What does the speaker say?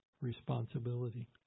responsibility